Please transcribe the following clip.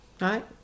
Right